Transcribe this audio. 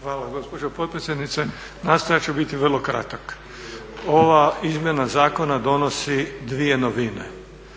Gvozden Srećko (SDP)** Hvala gospođo potpredsjednice, nastojat ću biti vrlo kratak. Ova izmjena zakona donosi dvije novine.